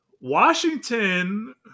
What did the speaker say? Washington